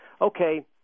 Okay